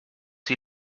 wie